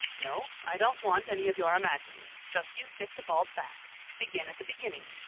no, i don't want any of your imaginings. just you stick to bald facts. begin at the beginning.